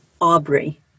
Aubrey